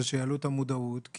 זה שיעלו את המודעות.